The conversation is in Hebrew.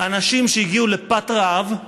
אנשים שהגיעו לפת רעב.